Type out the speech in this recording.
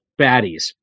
baddies